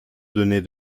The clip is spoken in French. donner